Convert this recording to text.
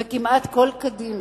וכמעט כל קדימה,